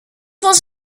was